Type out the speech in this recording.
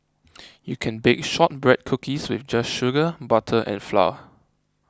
you can bake Shortbread Cookies with just sugar butter and flour